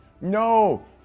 no